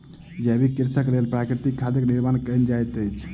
जैविक कृषिक लेल प्राकृतिक खादक निर्माण कयल जाइत अछि